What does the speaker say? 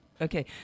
okay